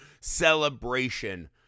celebration